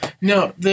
No